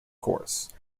course